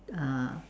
uh